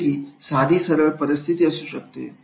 जसे की साधी सरळ परिस्थिती असू शकते